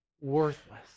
worthless